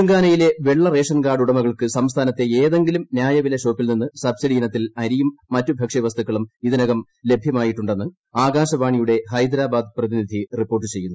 തെലുങ്കാനയിലെ വെള്ള ration card ഉടമകൾക്ക് സംസ്ഥാനത്തെ ഏതെങ്കിലും ന്യായവില ഷോപ്പിൽ നിന്ന് സബ്സിഡി ഇനത്തിൽ അരിയും മറ്റു ഭക്ഷ്യവസ്തുക്കളും ഇതിനകം ലഭൃമായിട്ടുണ്ടെന്ന് ആകാശവാണിയുടെ ഹൈദരാബാദ് പ്രതിനിധി റിപ്പോർട്ട് ചെയ്യുന്നു